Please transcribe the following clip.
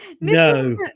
no